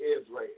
Israel